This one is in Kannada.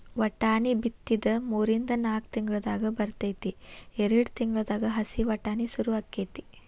ವಟಾಣಿ ಬಿತ್ತಿದ ಮೂರಿಂದ ನಾಕ್ ತಿಂಗಳದಾಗ ಬರ್ತೈತಿ ಎರ್ಡ್ ತಿಂಗಳದಾಗ ಹಸಿ ವಟಾಣಿ ಸುರು ಅಕೈತಿ